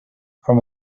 from